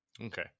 Okay